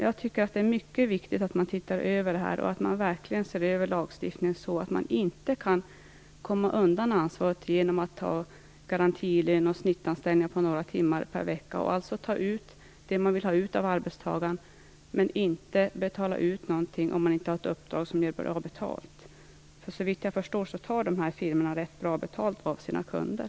Jag anser att det är mycket viktigt att man ser över detta och att man verkligen ser över lagstiftningen, så att dessa företag inte kan komma undan ansvaret genom att ha garantilöner och snittanställningar under några timmar per vecka, alltså att ta ut det man vill ha ut av arbetstagaren men inte betala ut något om man inte har ett uppdrag som ger bra betalt. Såvitt jag förstår tar dessa företag ganska bra betalt av sina kunder.